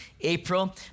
April